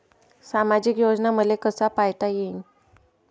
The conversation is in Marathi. सामाजिक योजना मले कसा पायता येईन?